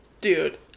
Dude